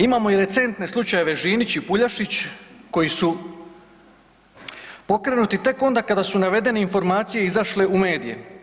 Imamo i recentne slučajeve Žinić i Puljašić koji su pokrenuti tek onda kada su navedene informacije izašle u medije.